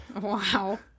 Wow